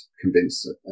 convince